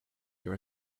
your